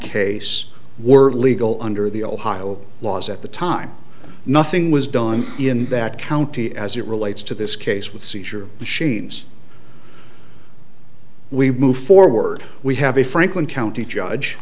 case were illegal under the ohio laws at the time nothing was done in that county as it relates to this case with seizure machines we moved forward we have a franklin county judge